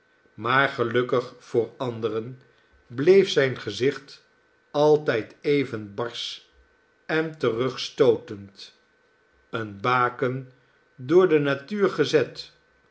maar gelukkig voor anderen bleef zijn gezicht altijd even barsch en terugstootend een baken door de natuur gezet